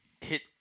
hit